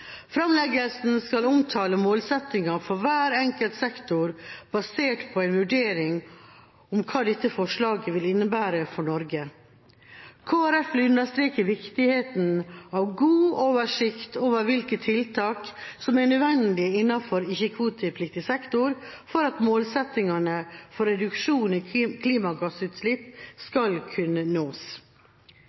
basert på en vurdering av hva dette forslaget vil innebære for Norge. Kristelig Folkeparti vil understreke viktigheten av å ha god oversikt over hvilke tiltak som er nødvendige innenfor ikke-kvotepliktig sektor for at målsettingene for reduksjon i klimagassutslipp skal kunne nås.